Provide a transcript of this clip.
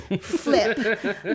Flip